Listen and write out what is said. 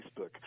Facebook